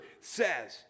says